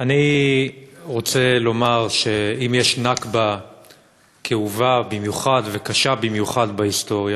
אני רוצה לומר שאם יש נכבה כאובה במיוחד וקשה במיוחד בהיסטוריה,